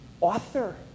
author